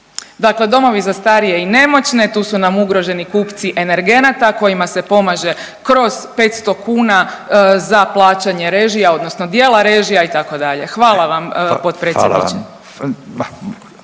Dakle, domovi za starije i nemoćne, tu su nam ugroženi kupci energenata kojima se pomaže kroz 500 kuna za plaćanje režija, odnosno dijela režija itd. Hvala vam potpredsjedniče.